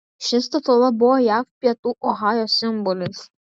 ši statula buvo jav pietų ohajo simbolis